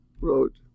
wrote